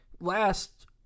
last